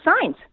signs